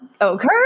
okay